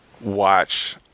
watch